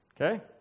Okay